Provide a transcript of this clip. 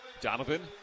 Donovan